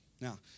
Now